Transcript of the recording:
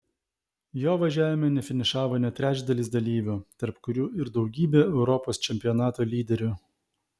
jo važiavime nefinišavo net trečdalis dalyvių tarp kurių ir daugybė europos čempionato lyderių